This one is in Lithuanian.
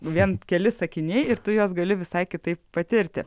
vien keli sakiniai ir tu juos gali visai kitaip patirti